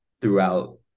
throughout